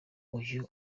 uyu